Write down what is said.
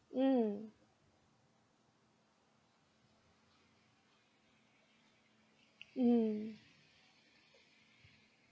mm mm mm